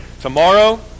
tomorrow